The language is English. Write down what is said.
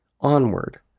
Onward